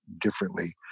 differently